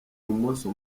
bumoso